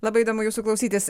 labai įdomu jūsų klausytis